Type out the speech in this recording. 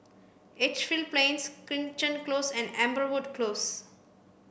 Edgefield Plains Crichton Close and Amberwood Close